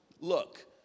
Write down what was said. Look